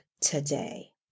today